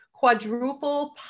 Quadruple